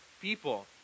people